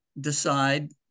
decide